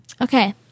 Okay